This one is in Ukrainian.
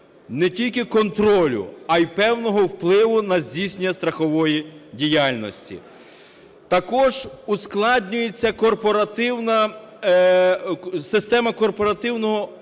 не тільки контролю, а й певного впливу на здійснення страхової діяльності. Також ускладнюється система корпоративного управління